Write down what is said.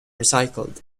recycled